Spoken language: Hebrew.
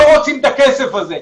לא רוצים את הכסף הזה.